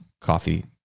coffee